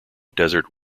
desert